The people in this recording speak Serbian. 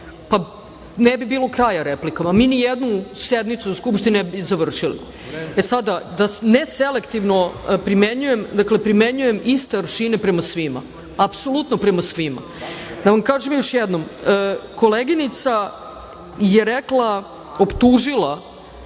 pa ne bi bilo kraja replikama, mi nijednu sednicu Skupštine ne bi završili. Sada da sada neselektivno primenjujem, dakle, primenjujem iste aršine prema svima, apsolutno prema svima. Da vam kažem još jednom, koleginica je rekla, optužila